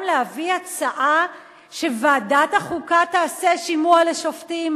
להביא הצעה שוועדת החוקה תעשה שימוע לשופטים,